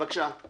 בבקשה.